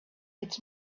its